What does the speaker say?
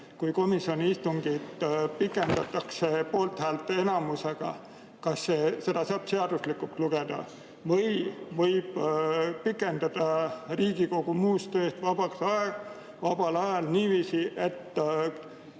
kui komisjoni istungit pikendatakse poolthäälte enamusega, kas seda saab seaduslikuks lugeda? Või võib pikendada Riigikogu muust tööst vabal ajal niiviisi, et